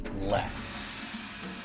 left